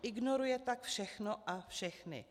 Ignoruje tak všechno a všechny.